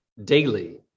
daily